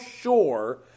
sure